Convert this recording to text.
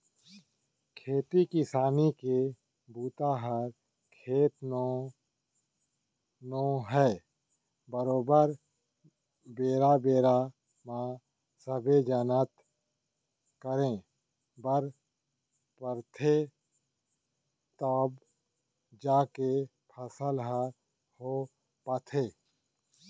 खेती किसानी के बूता ह खेत नो है बरोबर बेरा बेरा म सबे जतन करे बर परथे तव जाके फसल ह हो पाथे